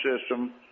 system